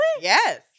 Yes